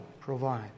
provide